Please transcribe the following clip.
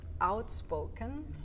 outspoken